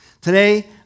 Today